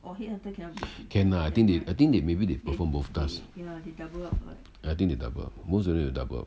can lah I I think they maybe they perform both task ya I think they double up most of them they double up